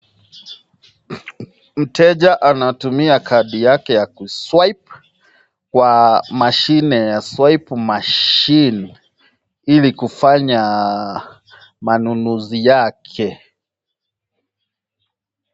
Mteja anatumia kadi yake ya ku swipe kwa mashine ya swipe machine ili kufanya manunuzi yake.